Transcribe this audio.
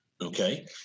okay